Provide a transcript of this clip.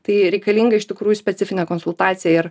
tai reikalinga iš tikrųjų specifinė konsultacija ir